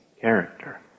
character